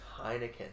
Heineken